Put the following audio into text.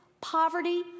poverty